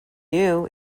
new